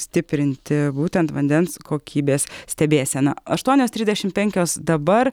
stiprinti būtent vandens kokybės stebėseną aštuonios trisdešimt penkios dabar